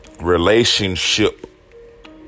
relationship